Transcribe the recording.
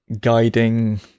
guiding